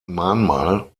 mahnmal